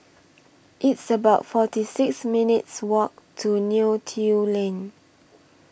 It's about forty six minutes' Walk to Neo Tiew Lane